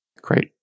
Great